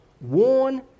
warn